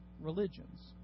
religions